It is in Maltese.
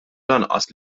lanqas